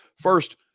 First